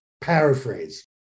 paraphrase